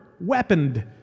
weaponed